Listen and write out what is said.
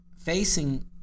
facing